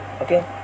okay